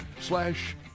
Slash